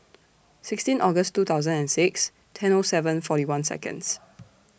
sixteen August two thousand and six ten O seven forty one Seconds